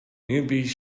newbies